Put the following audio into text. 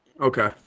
Okay